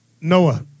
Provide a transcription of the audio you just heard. Noah